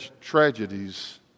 tragedies